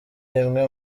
rimwe